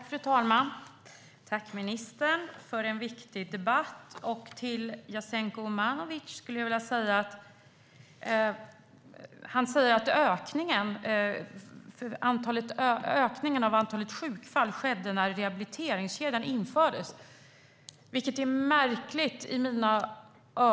Fru talman! Jag tackar ministern för en viktig debatt. Jasenko Omanovic säger att ökningen av antalet sjukfall skedde när rehabiliteringskedjan infördes, vilket låter märkligt i mina öron.